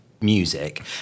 music